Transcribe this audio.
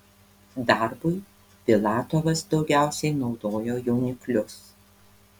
darbui filatovas daugiausiai naudojo jauniklius